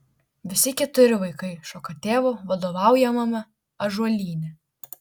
visi keturi vaikai šoka tėvo vadovaujamame ąžuolyne